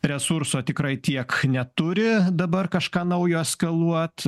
resurso tikrai tiek neturi dabar kažką naujo eskaluot